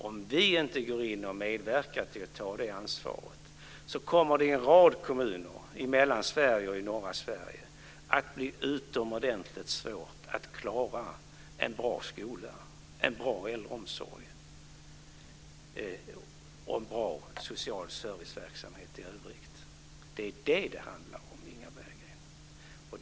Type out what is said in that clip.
Om vi inte går in och medverkar till att ta det ansvaret så kommer det i en rad kommuner i Mellansverige och i norra Sverige att bli utomordentligt svårt att klara en bra skola, en bra äldreomsorg och en bra verksamhet med social service i övrigt. Det är det det handlar om, Inga Berggren.